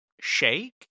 shake